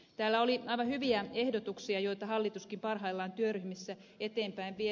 täällä oli aivan hyviä ehdotuksia joita hallituskin parhaillaan työryhmissä eteenpäin vie